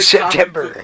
September